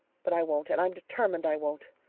but i won't. and i'm determined i won't.